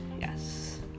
yes